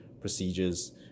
procedures